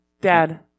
dad